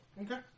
Okay